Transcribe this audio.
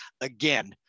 again